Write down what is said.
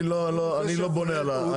אני לא בונה עליו,